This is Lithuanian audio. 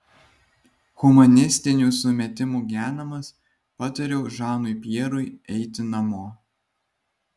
humanistinių sumetimų genamas patariau žanui pjerui eiti namo